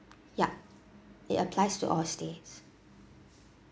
yup it applies to all stays